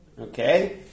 Okay